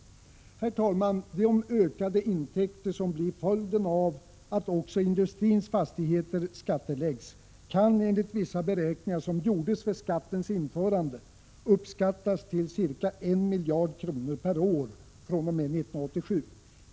1986/87:50 De ökade intäkter som blir följden av att också industrins fastigheter 16 december 1986 skattebeläggs kan enligt vissa beräkningar, som gjordes vid skattensinföran= = m ooo oea de, uppskattas till ca 1 miljard kronor per år fr.o.m. 1987.